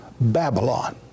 Babylon